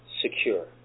secure